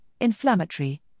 inflammatory